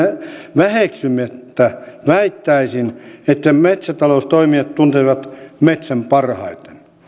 väheksymättä väittäisin että metsätaloustoimijat tuntevat metsän parhaiten